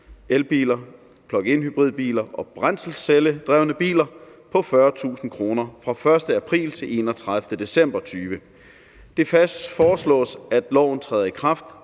elbiler, pluginhybridbiler og brændselscelledrevne biler på 40.000 kr. fra den 1. april til den 31. december 2020. Det foreslås, at loven træder i kraft